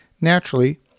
Naturally